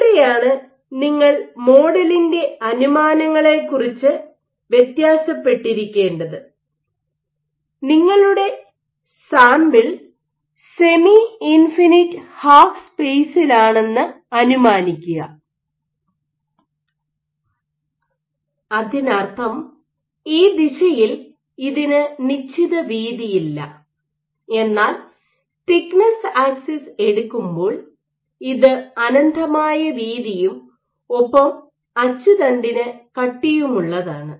ഇവിടെയാണ് നിങ്ങൾ മോഡലിന്റെ അനുമാനങ്ങളെക്കുറിച്ച് വ്യത്യാസപ്പെട്ടിരിക്കേണ്ടത് നിങ്ങളുടെ സാമ്പിൾ സെമി ഇൻഫിനിറ്റ് ഹാഫ് സ്പെസിലാണെന്ന് അനുമാനിക്കുക അതിനർത്ഥം ഈ ദിശയിൽ ഇതിന് നിശ്ചിത വീതിയില്ല എന്നാൽ തിക്നെസ്സ് ആക്സിസ് എടുക്കുമ്പോൾ ഇത് അനന്തമായ വീതിയും ഒപ്പം അച്ചുതണ്ടിന് കട്ടിയുമുള്ളതാണ്